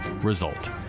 result